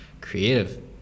creative